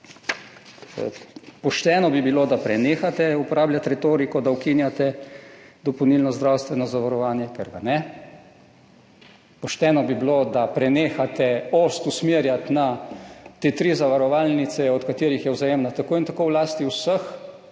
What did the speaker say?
Pošteno bi bilo, da prenehate uporabljati retoriko, da ukinjate dopolnilno zdravstveno zavarovanje, ker ga ne. Pošteno bi bilo, da prenehate ost usmerjati v te tri zavarovalnice, od katerih je Vzajemna tako ali tako v lasti vseh,